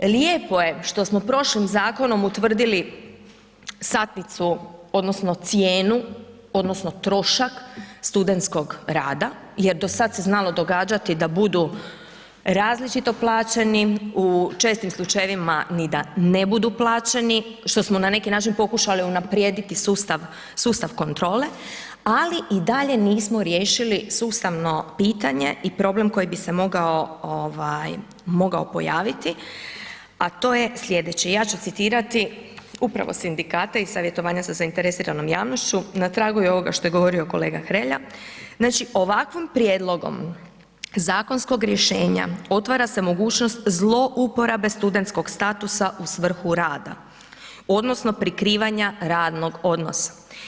Lijepo je što smo prošlim zakonom utvrdili satnicu odnosno cijenu odnosno trošak studentskog rada jer do sad se znalo događati da budu različito plaćeni, u čestim slučajevima ni da ne budu plaćeni, što smo na neki način pokušali unaprijediti sustav, sustav kontrole, ali i dalje nismo riješili sustavno pitanje i problem koji bi se mogao ovaj mogao pojaviti, a to je slijedeće, ja ću citirati upravo sindikate i savjetovanja sa zainteresiranom javnošću, na tragu je ovoga što je govorio kolega Hrelja, znači ovakvim prijedlogom zakonskog rješenja otvara se mogućnost zlouporabe studentskog statusa u svrhu rada odnosno prikrivanja radnog odnosa.